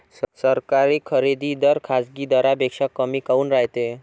सरकारी खरेदी दर खाजगी दरापेक्षा कमी काऊन रायते?